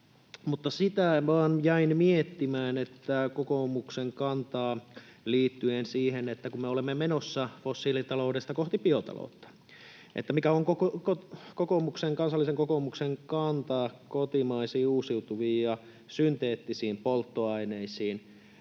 vain jäin miettimään, kokoomuksen kantaa liittyen siihen, että kun me olemme menossa fossiilitaloudesta kohti biotaloutta, niin mikä on Kansallisen Kokoomuksen kanta kotimaisiin uusiutuviin ja synteettisiin polttoaineisiin.